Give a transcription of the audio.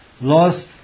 lost